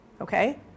Okay